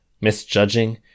misjudging